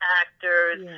actors